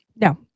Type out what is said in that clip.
No